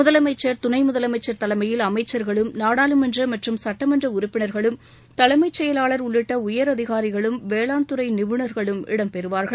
முதலம்ச்சா துண முதலனமச்சர் தலைமயில் அமைச்சர்களும் நாடாளுமன்ற மற்றும் சட்டமன்ற உறுப்பினர்களும் தலைமைச் செயலாளர் உள்ளிட்ட உயரதிகாரிகளும் வேளாண்துறை நிபுணர்களும் இடம் பெறுவார்கள்